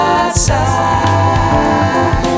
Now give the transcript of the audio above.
outside